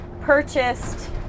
purchased